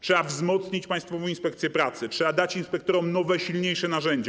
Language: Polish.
Trzeba wzmocnić Państwową Inspekcję Pracy, trzeba dać inspektorom nowe, silniejsze narzędzia.